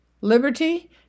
liberty